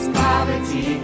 poverty